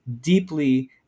deeply